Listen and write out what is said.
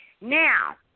Now